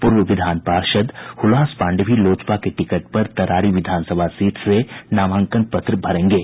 पूर्व विधान पार्षद हुलास पांडेय भी लोजपा के टिकट पर तरारी विधानसभा सीट से नामांकन पत्र भरेंगे